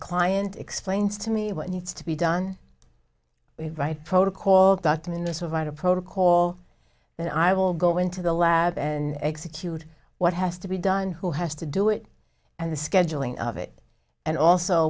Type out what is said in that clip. client explains to me what needs to be done the right protocol got to mean the survivor protocol and i will go into the lab and execute what has to be done who has to do it and the scheduling of it and also